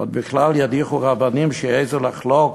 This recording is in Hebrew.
עוד בכלל ידיחו רבנים שיעזו לחלוק